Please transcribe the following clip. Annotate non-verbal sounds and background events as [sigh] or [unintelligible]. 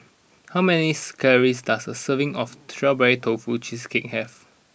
how many [unintelligible] does a serving of Strawberry Tofu Cheesecake have